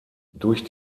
durch